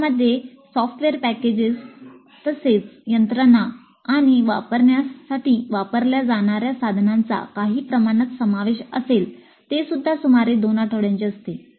यामध्ये software packages तसेच यंत्रणा आणि वापरण्यासाठी वापरल्या जाणार्या साधनांचा काही प्रमाणात समावेश असेल तेसुद्धा सुमारे 2 आठवड्यांचे असते